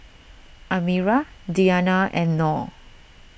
Amirah Diyana and Nor